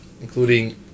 including